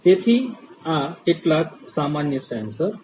તેથી કેટલાક આ સામાન્ય સેન્સર છે